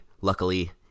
luckily